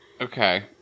okay